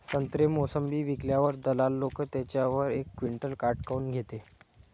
संत्रे, मोसंबी विकल्यावर दलाल लोकं त्याच्यावर एक क्विंटल काट काऊन घेते?